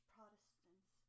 Protestants